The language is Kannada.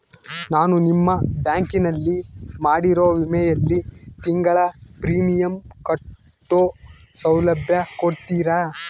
ನಾನು ನಿಮ್ಮ ಬ್ಯಾಂಕಿನಲ್ಲಿ ಮಾಡಿರೋ ವಿಮೆಯಲ್ಲಿ ತಿಂಗಳ ಪ್ರೇಮಿಯಂ ಕಟ್ಟೋ ಸೌಲಭ್ಯ ಕೊಡ್ತೇರಾ?